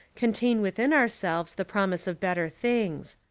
contain within ourselves the promise of better things.